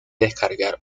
descargar